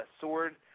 sword